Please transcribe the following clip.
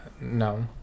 no